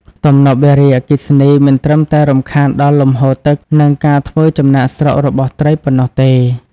ទំនប់វារីអគ្គិសនីមិនត្រឹមតែរំខានដល់លំហូរទឹក និងការធ្វើចំណាកស្រុករបស់ត្រីប៉ុណ្ណោះទេ។